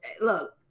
look